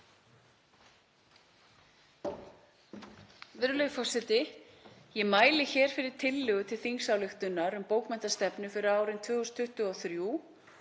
Virðulegi forseti. Ég mæli hér fyrir tillögu til þingsályktunar um bókmenntastefnu fyrir árin 2023–2026